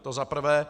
To za prvé.